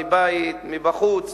מבית ומבחוץ,